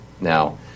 now